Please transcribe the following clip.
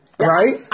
Right